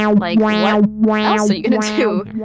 like what else are you gonna do?